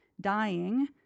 dying